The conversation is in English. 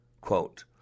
Quote